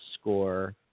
score